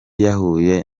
yahuye